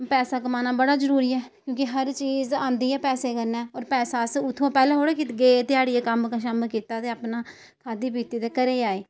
पैसा कमाना बड़ा जरूरी ऐ क्योंकि हर चीज औंदी गै पैसे कन्नै होर पैसा अस उत्थुआं पैह्लें थोह्ड़ा कि गे ध्याड़िया कम्म शम्म कीता ते अपना खाद्धी पीती ते घरै गी आए